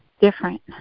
different